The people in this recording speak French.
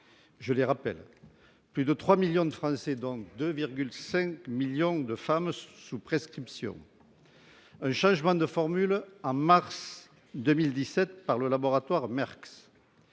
Je les rappelle : plus de trois millions de Français, dont 2,5 millions de femmes, sous prescription ; un changement de formule en mars 2017 par le laboratoire Merck